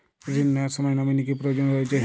ঋণ নেওয়ার সময় নমিনি কি প্রয়োজন রয়েছে?